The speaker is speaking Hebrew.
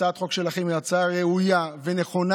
הצעת החוק שלכם היא הצעה ראויה ונכונה,